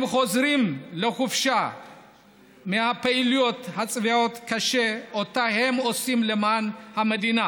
הם חוזרים לחופשה מהפעילות הצבאית הקשה שאותה הם עושים למען המדינה